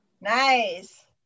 Nice